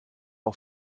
are